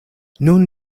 nun